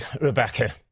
Rebecca